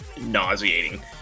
Nauseating